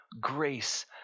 grace